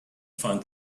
find